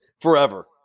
forever